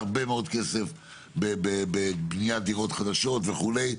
הרבה מאוד כסף בבניית דירות חדשות וכו'.